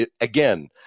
again